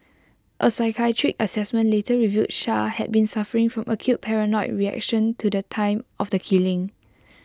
A psychiatric Assessment later revealed char had been suffering from acute paranoid reaction to the time of the killing